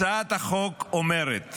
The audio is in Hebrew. הצעת החוק אומרת